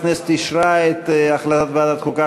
הצעת ועדת החוקה,